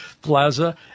plaza